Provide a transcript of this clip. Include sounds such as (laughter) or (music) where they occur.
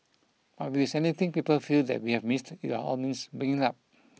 but if there's anything people feel that we have missed (unintelligible) all means bring it up